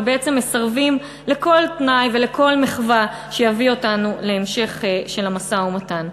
ובעצם מסרבים לכל תנאי ולכל מחווה שיביאו אותנו להמשך של המשא-ומתן.